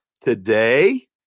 today